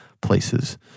places